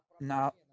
now